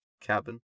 cabin